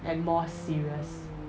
and more serious